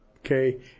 Okay